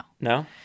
No